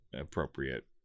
appropriate